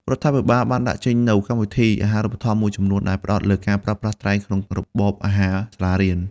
រដ្ឋាភិបាលបានដាក់ចេញនូវកម្មវិធី អាហារូបត្ថម្ភ មួយចំនួនដែលផ្តោតលើការប្រើប្រាស់ត្រីក្នុងរបបអាហារសាលារៀន។